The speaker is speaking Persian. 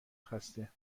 خسته